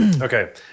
Okay